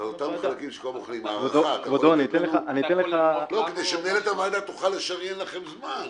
אותם חלקים שכבר מוכנים - כדי שמנהלת הוועדה תוכל לשריין לכם זמן.